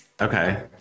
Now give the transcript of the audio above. Okay